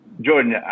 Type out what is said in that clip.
Jordan